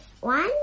one